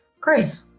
Great